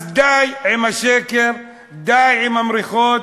אז די עם השקר, די עם המריחות,